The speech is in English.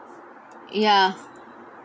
ya